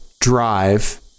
drive